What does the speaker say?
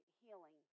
healing